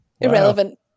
Irrelevant